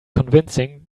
convincing